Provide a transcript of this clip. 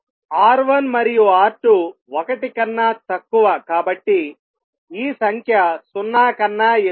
R1 మరియు R2 1 కన్నా తక్కువ కాబట్టి ఈ సంఖ్య 0 కన్నా ఎక్కువ